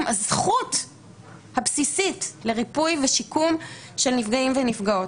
הזכות הבסיסית לריפוי ושיקום של נפגעים ונפגעות.